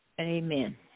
Amen